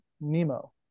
Nemo